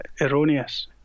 erroneous